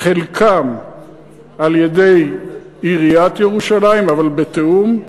חלקן על-ידי עיריית ירושלים אבל בתיאום,